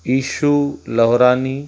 ईशू लवरानी